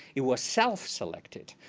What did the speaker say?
it was self-selected.